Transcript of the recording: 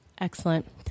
Excellent